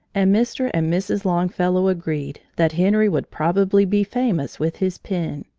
and mr. and mrs. longfellow agreed that henry would probably be famous with his pen.